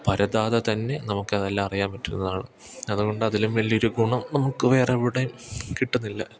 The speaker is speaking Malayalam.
പരതാതെ തന്നെ നമുക്കതെല്ലാം അറിയാൻ പറ്റുന്നതാണ് അതുകൊണ്ട് അതിലും വലിയൊരു ഗുണം നമുക്ക് വേറെവിടെയും കിട്ടുന്നില്ല